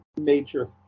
major